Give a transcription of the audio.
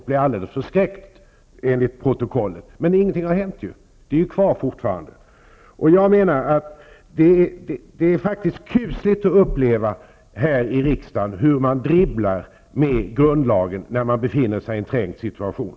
Hon blev då alldeles förskräckt, enligt protokollet. Men det har ju inte hänt någonting. Reklamförbudet finns fortfarande kvar. Jag menar att det är kusligt att uppleva hur man här i riksdagen dribblar med grundlagen när man befinner sig i en trängd situation.